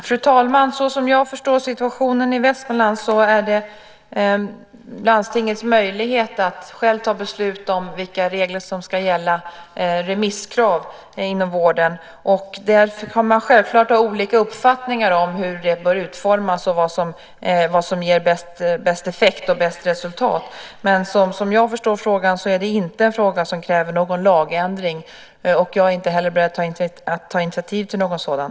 Fru talman! Såsom jag förstår situationen i Västmanland har landstinget möjlighet att själv fatta beslut om vilka regler som ska gälla för remisskrav inom vården. Man kan självfallet ha olika uppfattningar om hur detta bör utformas och vad som ger bäst effekt och bäst resultat. Men som jag förstår frågan är det inte en fråga som kräver någon lagändring. Jag är inte heller beredd att ta initiativ till någon sådan.